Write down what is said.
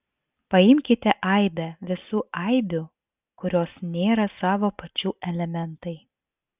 paimkite aibę visų aibių kurios nėra savo pačių elementai